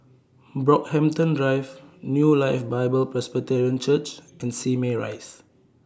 Brockhampton Drive New Life Bible Presbyterian Church and Simei Rise